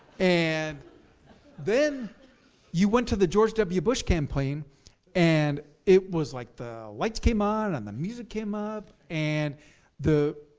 and then you went to the george w. bush campaign and it was like the lights came on and the music came up and it's,